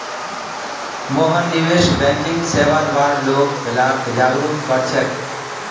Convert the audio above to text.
मोहन निवेश बैंकिंग सेवार बार लोग लाक जागरूक कर छेक